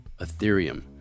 Ethereum